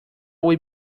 would